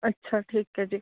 ਅੱਛਾ ਠੀਕ ਹੈ ਜੀ